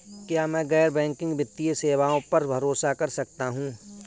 क्या मैं गैर बैंकिंग वित्तीय सेवाओं पर भरोसा कर सकता हूं?